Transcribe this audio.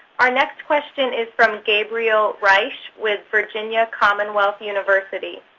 our next question is from gabriel reich with virginia commonwealth university.